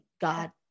God